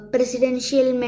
Presidential